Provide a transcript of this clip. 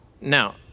Now